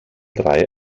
drei